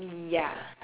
ya